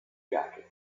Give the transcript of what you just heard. jacket